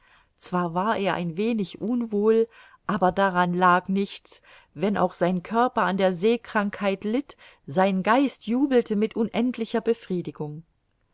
zwar war er ein wenig unwohl aber daran lag nichts wenn auch sein körper an der seekrankheit litt sein geist jubelte mit unendlicher befriedigung